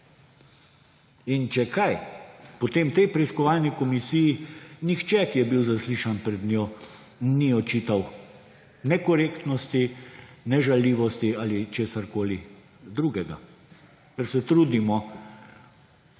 In če kaj, potem tej preiskovalni komisiji nihče, ki je bil zaslišan pred njo, ni očital ne nekorektnosti, ne žaljivosti ali česarkoli drugega. Ker se trudimo